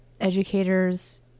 educators